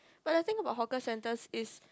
but the thing about hawker centers is